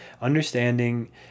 understanding